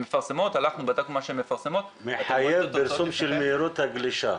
בדקנו מה שהן מפרסמות --- מחייב פרסום של מהירות הגלישה.